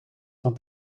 van